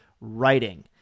writing